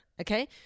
okay